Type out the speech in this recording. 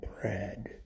bread